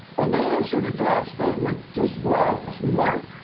and they issued a draft statement just last month.